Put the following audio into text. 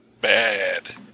bad